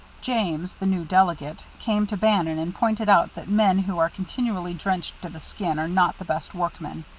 james, the new delegate, came to bannon and pointed out that men who are continually drenched to the skin are not the best workmen.